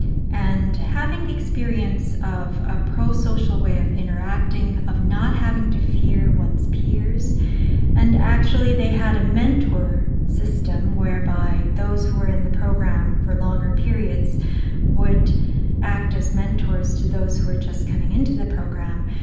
and having the experience of a pro-social way of interacting, of not having to fear one's peers and actually they had a mentor system whereby those who were in the program for longer periods would act as mentors to those who were just coming in to the program,